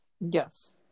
Yes